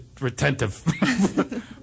retentive